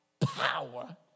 power